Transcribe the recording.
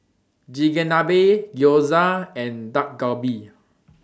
Chigenabe Gyoza and Dak Galbi